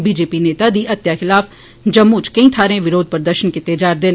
बी J P नेता दी हत्या खिलाफ जम्मू च केई थाहरे विरोध प्रदर्शन कीते जा'रदे न